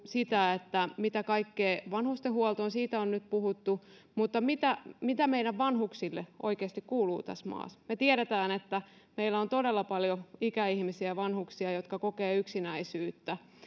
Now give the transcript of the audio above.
sitä mitä kaikkea todella vanhustenhuoltoon siitä on nyt puhuttu mutta mitä mitä meidän vanhuksille oikeasti kuuluu tässä maassa tiedetään että meillä on todella paljon ikäihmisiä vanhuksia jotka kokevat yksinäisyyttä